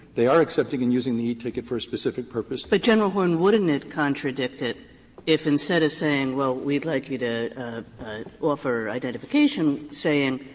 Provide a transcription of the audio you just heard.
they are accepting and using the e-ticket for a specific purpose kagan but, general horne, wouldn't it contradict it if instead of saying well, we'd like you to offer identification, saying,